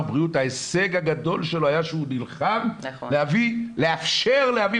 בריאות ההישג הגדול שלו היה שהוא נלחם לאפשר להביא,